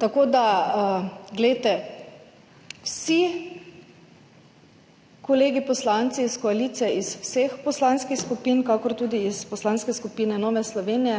zakonodaja? Vsi kolegi poslanci iz koalicije, iz vseh poslanskih skupin, kakor tudi iz Poslanske skupine Nova Slovenija,